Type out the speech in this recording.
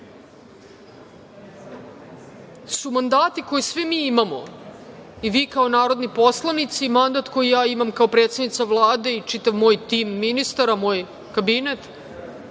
su mandati koje svi mi imamo, i vi kao narodni poslanici i mandat koji imam kao predsednica Vlade i čitav moj tim ministara, moj kabinet,